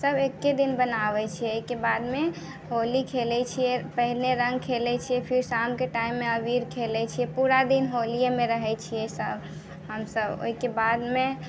सभ एक्के दिन बनाबै छियै एहिके बादमे होली खेलै छियै पहिले रङ्ग खेलै छियै फिर शामके टाइममे अबीर खेलै छियै पूरा दिन होलियैमे रहै छियै सभ हम सभ ओहिके बादमे